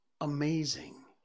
amazing